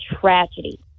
tragedy